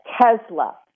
Tesla